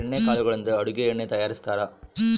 ಎಣ್ಣೆ ಕಾಳುಗಳಿಂದ ಅಡುಗೆ ಎಣ್ಣೆ ತಯಾರಿಸ್ತಾರಾ